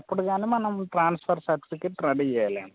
అప్పుడు కానీ మనం ట్రాన్స్ఫర్ సర్టిఫికెట్ రెడీ చేయలేం